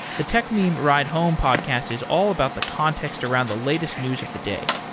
the techmeme ride home podcast is all about the context around the latest news of the day.